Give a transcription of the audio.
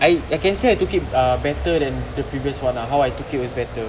I I can say I took it better than the previous [one] ah how I took it was better